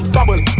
Bubble